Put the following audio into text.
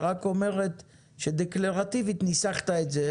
היא רק אומרת שדקלרטיבית ניסחת את זה.